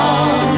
on